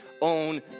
own